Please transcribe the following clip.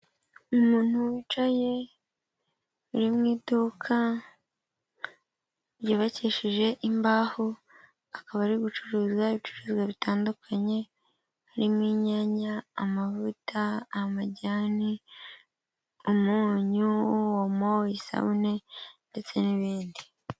Umuntu wicaye uri mu iduka ryubakishije imbaho, akaba ari gucuruza ibicuruzwa bitandukanye harimo inyanya, amavuta, amajyane, umunyu, omo, isabune ndetse n'ibindi.